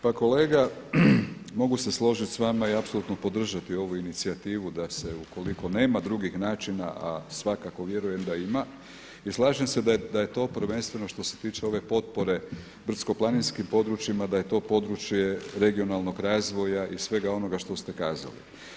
Pa kolega mogu se složit sa vama i apsolutno podržati ovu inicijativu da se ukoliko nema drugih načina, a svakako vjerujem da ima i slažem se da je to prvenstveno što se tiče ove potpore brdsko-planinskim područjima da je to područje regionalnog razvoja i svega onoga što ste kazali.